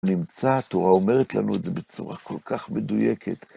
נמצא התורה אומרת לנו את זה בצורה כל כך מדויקת.